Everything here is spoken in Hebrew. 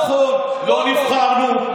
נכון, לא נבחרנו.